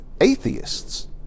atheists